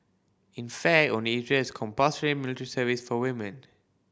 in fact only Israel has compulsory military service for women